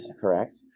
correct